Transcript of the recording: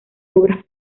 obras